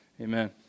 amen